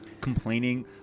complaining